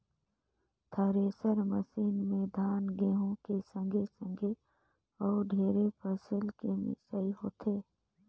thresher machine में धान, गहूँ के संघे संघे अउ ढेरे फसिल के मिसई होथे